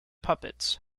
puppets